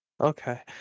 Okay